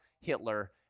Hitler